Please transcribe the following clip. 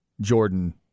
Jordan